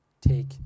Take